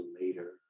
later